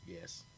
yes